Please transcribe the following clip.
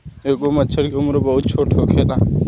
एगो मछर के उम्र बहुत छोट होखेला